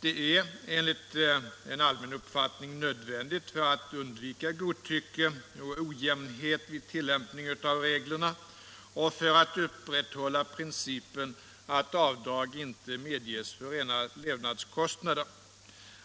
Det är enligt en allmän uppfattning nödvändigt för att undvika godtycke och ojämnhet vid tillämpningen av reglerna och för att upprätthålla principen att avdrag inte medges för rena levnadskostnader.